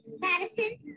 madison